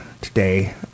today